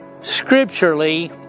scripturally